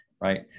Right